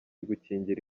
gukingira